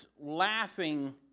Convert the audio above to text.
laughing